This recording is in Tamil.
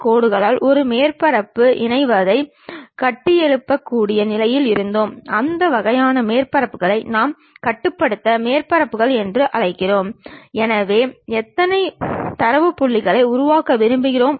உதாரணமாக ஒரு செவ்வகம் இருந்தால் அது ஒரு தளத்தில் குவிக்கப்படும் பொழுது அதன் முனை புள்ளிகள் அனைத்தும் ஒரே ஒரு புள்ளியாக குவிக்கப்படும்